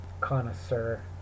connoisseur